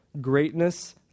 greatness